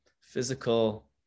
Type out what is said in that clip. physical